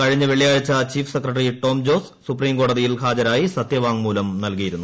കഴിഞ്ഞ വെള്ളിയാഴ്ച chief secretary Tom Jose സുപ്രീംകോടതിയിൽ ഹാജരായി സത്യവാങ്മൂല്പ് ന്ൽകിയിരുന്നു